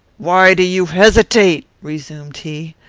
why do you hesitate resumed he.